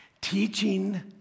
teaching